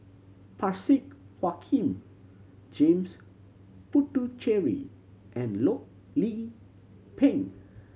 Parsick Joaquim James Puthucheary and Loh Lik Peng